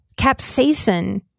capsaicin